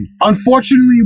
unfortunately